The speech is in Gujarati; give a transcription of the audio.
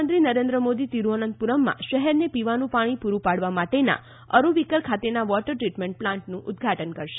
પ્રધાનમંત્રી નરેન્દ્રમોદી તિરૂઅનંતપૂરમ્ શહેરને પીવાનું પાણી પૂરૂ પાડવા માટેનાં અરૂવીક્કર ખાતેનાં વોટર ટ્રિટમેન્ટ પ્લાન્ટનું ઉદધાટન કરશે